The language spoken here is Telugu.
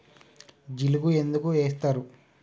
జిలుగు ఎందుకు ఏస్తరు?